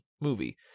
movie